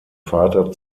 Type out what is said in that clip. vater